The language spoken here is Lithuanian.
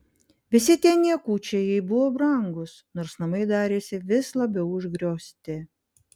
visi tie niekučiai jai buvo brangūs nors namai darėsi vis labiau užgriozti